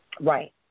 Right